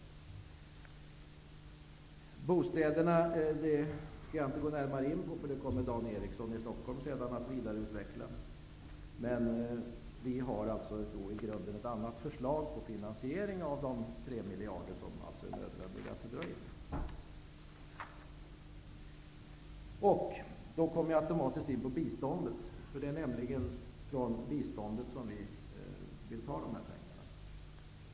Jag skall inte närmare gå in på frågan om bostäderna. Dan Eriksson i Stockholm kommer senare att vidareutveckla detta. Vi har i grunden ett annat förslag till finansiering av de 3 miljarder som det är nödvändigt att dra in. Jag kommer då automatiskt in på biståndet. Det är nämligen från biståndet som vi vill ta dessa pengar.